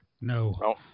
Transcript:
No